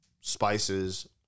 spices